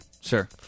Sure